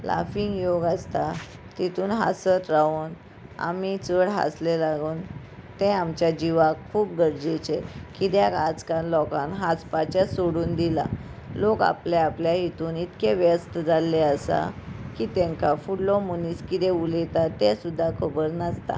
laughing योग आसता तितून हांसत रावन आमी चड हांसले लागून तें आमच्या जिवाक खूब गरजेचें कित्याक आजकाल लोकांक हांसपाचे सोडून दिलां लोक आपल्या आपल्या हितून इतके व्यस्त जाल्ले आसा की तांकां फुडलो मनीस किदें उलयता तें सुद्दां खबर नासता